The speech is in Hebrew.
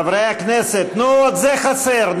חברי הכנסת, נו, זה עוד חסר.